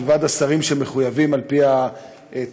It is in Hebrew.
מלבד השרים שמחויבים על-פי התקנון,